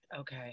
Okay